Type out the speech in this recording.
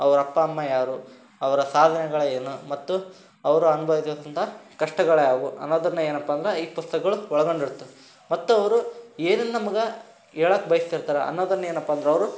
ಅವ್ರ ಅಪ್ಪ ಅಮ್ಮ ಯಾರು ಅವರ ಸಾಧನೆಗಳೇನು ಮತ್ತು ಅವರು ಅನುಭವಿಸಿದಂಥ ಕಷ್ಟಗಳು ಯಾವುವು ಅನ್ನೋದನ್ನು ಏನಪ್ಪ ಅಂದ್ರೆ ಈ ಪುಸ್ತಕಗಳು ಒಳಗೊಂಡಿರ್ತಾವೆ ಮತ್ತು ಅವರು ಏನನ್ನು ನಮ್ಗೆ ಹೇಳೋಕ್ ಬಯಸ್ತಿರ್ತಾರೆ ಅನ್ನೋದನ್ನು ಏನಪ್ಪಾ ಅಂದ್ರೆ ಅವರು